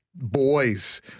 Boys